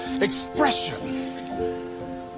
expression